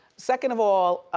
second of all,